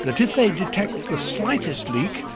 that if they detect the slightest leak,